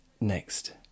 Next